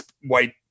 white